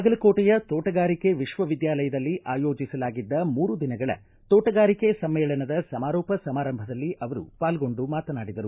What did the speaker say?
ಬಾಗಲಕೋಟೆಯ ತೋಟಗಾರಿಕೆ ವಿಶ್ವವಿದ್ಯಾಲಯದಲ್ಲಿ ಆಯೋಜಿಸಲಾಗಿದ್ದ ಮೂರು ದಿನಗಳ ತೋಟಗಾರಿಕೆ ಸಮ್ಮೇಳನದ ಸಮಾರೋಪ ಸಮಾರಂಭದಲ್ಲಿ ಅವರು ಪಾಲ್ಗೊಂಡು ಮಾತನಾಡಿದರು